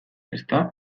ezta